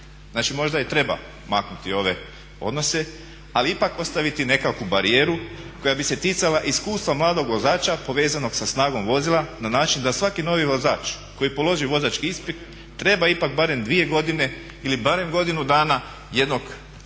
možda i treba maknuti ove odnose, ali ipak ostaviti nekakvu barijeru koja bi se ticala iskustva mladog vozača povezanog sa snagom vozila na način da svaki novi vozač koji položi vozački ispit treba ipak barem dvije godine ili barem godinu dana jednog roka